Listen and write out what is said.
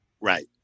Right